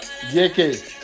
JK